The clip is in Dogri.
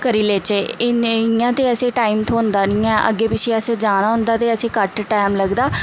करी लैचे इ'यां ते असेंगी टैम थ्होंदा नि ऐ अग्गें पिच्छें असें जाना होंदा ते असें घट्ट टैम लगदा